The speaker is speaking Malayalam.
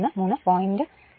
033 3